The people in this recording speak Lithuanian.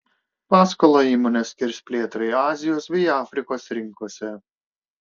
paskolą įmonė skirs plėtrai azijos bei afrikos rinkose